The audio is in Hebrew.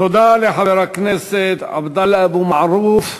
תודה לחבר הכנסת עבדאללה אבו מערוף.